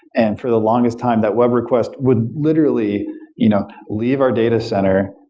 and for the longest time that web request would literally you know leave our data center,